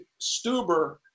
Stuber